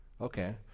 Okay